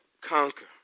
conquer